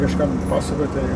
kažkam pasakoti